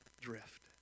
drift